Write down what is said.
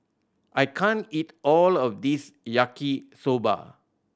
I can't eat all of this Yaki Soba